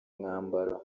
mwambaro